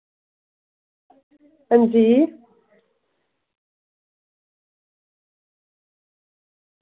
अंजी